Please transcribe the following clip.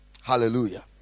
Hallelujah